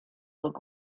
look